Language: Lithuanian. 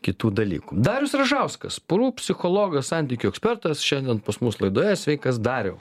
kitų dalykų darius ražauskas porų psichologas santykių ekspertas šiandien pas mus laidoje sveikas dariau